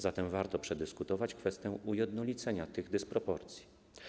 Zatem warto przedyskutować kwestię ujednolicenia tych dysproporcji.